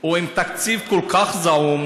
הוא תקציב כל כך זעום.